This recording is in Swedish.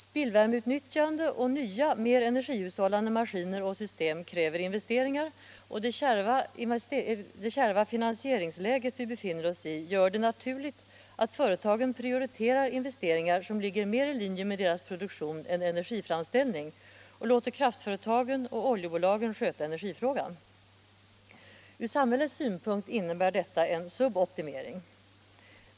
Spillvärmeutnyttjande och nya, mer energihushållande maskiner och system kräver investeringar, och det kärva finansieringsläge vi nu befinner oss i gör det naturligt att företagen prioriterar investeringar, som ligger mer i linje med deras produktion än energiframställning och låter kraftföretagen och oljebolagen sköta energifrågan. Ur samhällets synpunkt innebär detta en suboptimering.